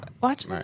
watch